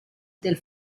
del